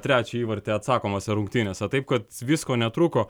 trečią įvartį atsakomose rungtynėse taip kad visko netrūko